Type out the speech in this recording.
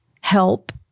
help